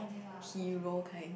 hero kind